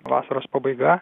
vasaros pabaiga